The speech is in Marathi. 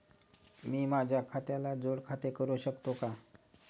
मी माझ्या खात्याला जोड खाते करू शकतो का?